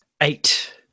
Eight